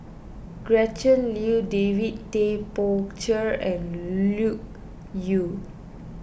Gretchen Liu David Tay Poey Cher and Loke Yew